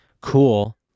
cool